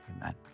Amen